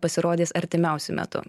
pasirodys artimiausiu metu